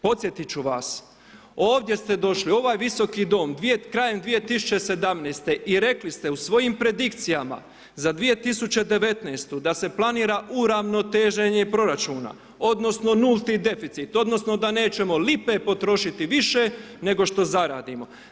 Podsjetiti ću vas, ovdje ste došli u ovaj Visoki Dom krajem 2017.-te i rekli ste u svojim predikcijama za 2019. da se planira uravnoteženje proračuna, odnosno, nulti deficit, odnosno, da nećemo lipe potrošiti više nego što zaradimo.